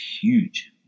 huge